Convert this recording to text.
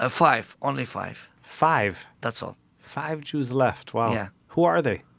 ah five, only five five! that's all five jews left, wow yeah who are they?